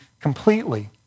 completely